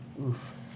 Oof